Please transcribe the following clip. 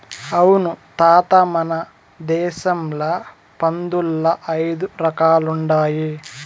అవును తాత మన దేశంల పందుల్ల ఐదు రకాలుండాయి